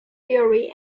theory